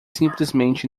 simplesmente